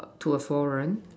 to a forum